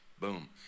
Boom